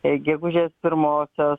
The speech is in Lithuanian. gegužės pirmosios